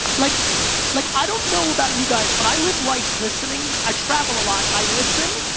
like like i don't know about you guys but i live life listening, i travel a lot. i listen,